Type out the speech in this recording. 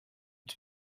und